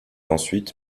ensuite